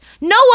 No